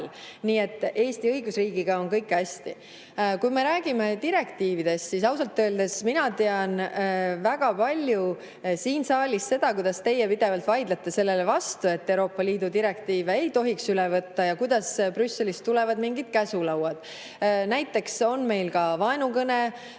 Nii et Eesti õigusriigiga on kõik hästi. Kui me räägime direktiividest, siis ausalt öeldes mina tean väga palju siit saalist seda, kuidas teie pidevalt vaidlete vastu, et Euroopa Liidu direktiive ei tohiks üle võtta ja kuidas Brüsselist tulevad mingid käsulauad. Näiteks on vaenukõne